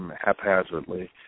haphazardly